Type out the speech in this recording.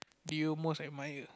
do you most admire